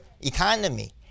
economy